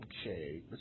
Okay